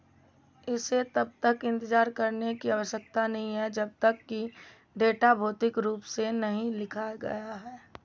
इसे तब तक इन्तज़ार करने की आवश्यकता नहीं है जब तक की डेटा भौतिक रूप से नहीं लिखा गया है